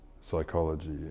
psychology